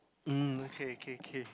mm okay okay okay